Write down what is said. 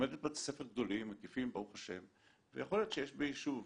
ספר גדולים ברוך השם, ויכול להיות שיש ביישוב